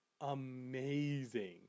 amazing